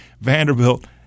Vanderbilt